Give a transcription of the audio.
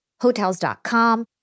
Hotels.com